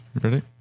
Ready